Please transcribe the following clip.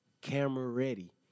camera-ready